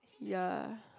ya